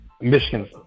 Michigan